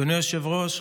אדוני היושב-ראש,